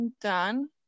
done